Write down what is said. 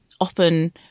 Often